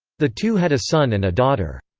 the two had a son and a daughter.